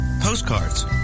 postcards